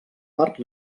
part